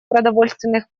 продовольственных